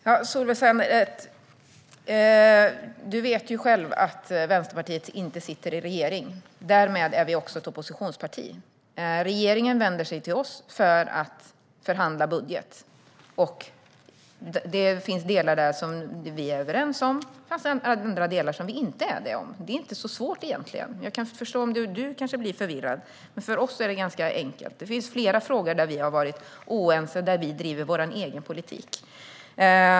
Herr talman! Solveig Zander vet att Vänsterpartiet inte sitter i regering. Därmed är vi ett oppositionsparti. Regeringen vänder sig till oss för att förhandla om budgeten. Det finns delar där vi är överens och delar där vi inte är det. Det är inte särskilt svårt. Jag förstår Solveig Zander, men för oss är det ganska enkelt. Det finns flera frågor där vi är oense med regeringen och driver vår egen politik.